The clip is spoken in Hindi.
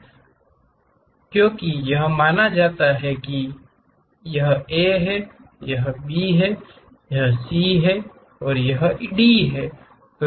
तो इनका नाम माफ करें क्योंकि यह माना जाता है कि यह ए है यह बी है यह सी है और यह डी